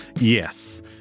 Yes